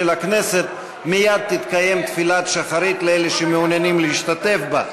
הכנסת מייד תתקיים תפילת שחרית לאלה שמעוניינים להשתתף בה.